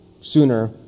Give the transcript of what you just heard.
sooner